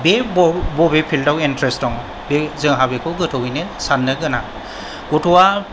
बे बबे फिल्डाव इन्ट्रेस्ट दं जोंहा बेखौ गोथौयैनो साननो गोनां गथ'आ बे